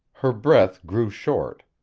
her breath grew short.